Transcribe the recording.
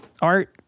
art